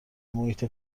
محیط